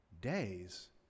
days